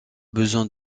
besoin